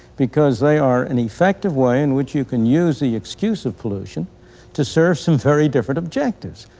because they are an effective way in which you could use the excuse of pollution to serve some very different objectives.